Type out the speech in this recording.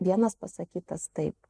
vienas pasakytas taip